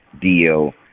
deal